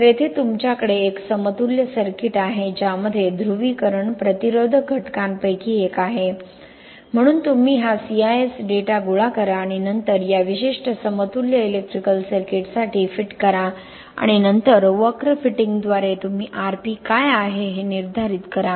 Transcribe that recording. तर येथे तुमच्याकडे एक समतुल्य सर्किट आहे ज्यामध्ये ध्रुवीकरण प्रतिरोधक घटकांपैकी एक आहे म्हणून तुम्ही हा CIS डेटा गोळा करा आणि नंतर या विशिष्ट समतुल्य इलेक्ट्रिकल सर्किटसाठी फिट करा आणि नंतर वक्र फिटिंगद्वारे तुम्ही Rp काय आहे हे निर्धारित करा